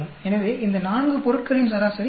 எனவே இந்த நான்கு பொருட்களின் சராசரி 19